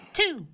two